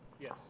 Yes